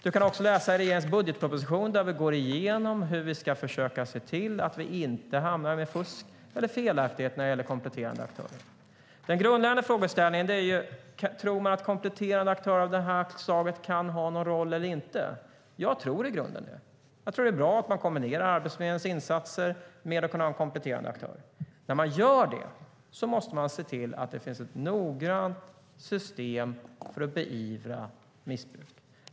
Du kan också läsa i regeringens budgetproposition, där vi går igenom hur vi ska försöka se till att vi inte hamnar i fusk eller felaktigheter när det gäller kompletterande aktörer. Den grundläggande frågeställningen är: Tror man att kompletterande aktörer av det här slaget kan ha någon roll eller inte? Jag tror i grunden det. Jag tror att det är bra att man kan kombinera Arbetsförmedlingens insatser med kompletterande aktörer. När man gör det måste man se till att det finns ett noggrant system för att beivra missbruk.